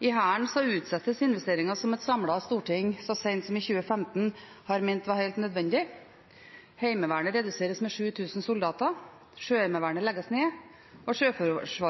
I Hæren utsettes investeringene som et samlet storting så sent som i 2015 har ment var helt nødvendige. Heimevernet reduseres med 7 000 soldater. Sjøheimevernet legges ned. Og Sjøforsvarets